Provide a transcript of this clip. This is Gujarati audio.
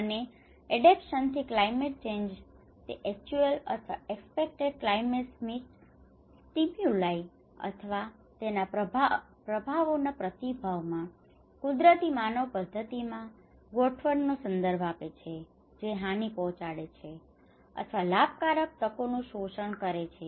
અને એડેપ્ટેશન થી ક્લાયમેટ ચેન્જ તે એક્ચુઅલ અથવા એક્સ્પેક્ટેડ ક્લાયમેટિક સ્ટિમ્યુલાઈ અથવા તેના પ્રભાવોના પ્રતિભાવમાં કુદરતી માનવ પદ્ધતિ માં ગોઠવણનો સંદર્ભ આપે છે જે હાનિ પહોંચાડે છે અથવા લાભકારક તકોનું શોષણ કરે છે